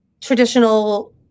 traditional